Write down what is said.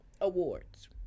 Awards